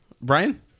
brian